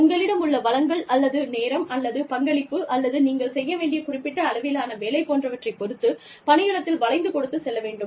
உங்களிடம் உள்ள வளங்கள் அல்லது நேரம் அல்லது பங்களிப்பு அல்லது நீங்கள் செய்ய வேண்டிய குறிப்பிட்ட அளவிலான வேலை போன்றவற்றைப் பொறுத்து பணியிடத்தில் வளைந்து கொடுத்துச் செல்ல வேண்டும்